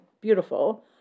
beautiful